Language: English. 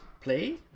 play